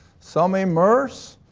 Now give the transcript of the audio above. some immerse.